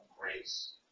grace